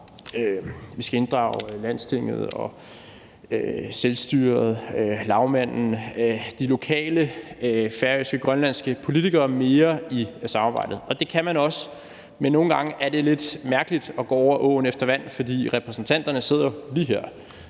vi skal inddrage Landstinget, selvstyret, lagmanden og de lokale færøske og grønlandske politikere mere i samarbejdet. Og det kan man også, men nogle gange er det lidt mærkeligt at gå over åen efter vand, når repræsentanterne jo sidder lige her